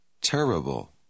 terrible